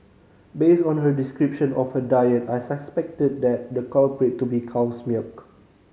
based on her description of her diet I suspected that the culprit to be cow's milk